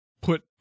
put